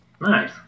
Nice